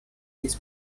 this